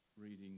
reading